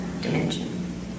dimension